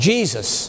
Jesus